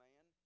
Man